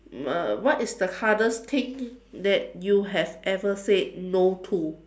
uh what is the hardest thing that you have ever said no to